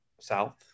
South